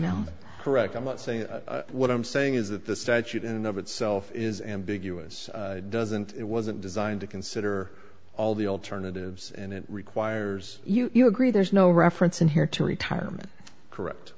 know correct i'm not saying what i'm saying is that the statute in and of itself is ambiguous doesn't it wasn't designed to consider all the alternatives and it requires you to agree there's no reference in here to retirement correct